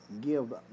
give